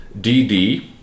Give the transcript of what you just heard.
DD